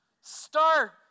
Start